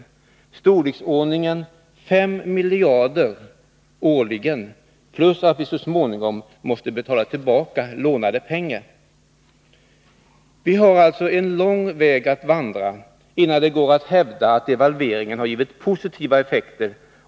Den ligger i storleksordningen 5 miljarder årligen, plus att vi så småningom måste betala tillbaka lånade pengar. Om vi först skall bestrida kostnaderna för devalveringen, har vi en lång väg att vandra, innan det går att hävda att devalveringen har givit positiva effekter.